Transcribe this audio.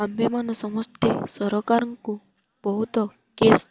ଆମ୍ଭେମାନେ ସମସ୍ତେ ସରକାରଙ୍କୁ ବହୁତ କେସ୍